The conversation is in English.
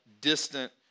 distant